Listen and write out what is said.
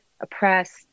oppress